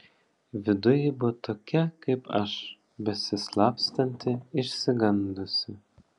viduj ji buvo tokia kaip aš besislapstanti išsigandusi